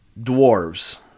Dwarves